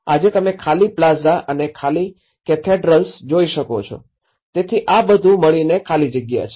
આજે તમે ખાલી પ્લાઝા અને ખાલી કેથેડ્રલ્સ જોઈ શકો છો તેથી આ બધું મળીને ખાલી જગ્યા છે